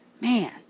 Man